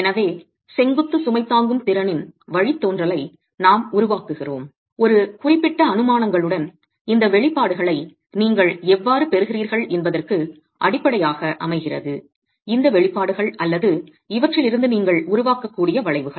எனவே செங்குத்து சுமை தாங்கும் திறனின் வழித்தோன்றலை நாம் உருவாக்குகிறோம் ஒரு குறிப்பிட்ட அனுமானங்களுடன் இந்த வெளிப்பாடுகளை நீங்கள் எவ்வாறு பெறுகிறீர்கள் என்பதற்கு அடிப்படையாக அமைகிறது இந்த வெளிப்பாடுகள் அல்லது இவற்றிலிருந்து நீங்கள் உருவாக்கக்கூடிய வளைவுகள்